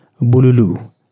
Bululu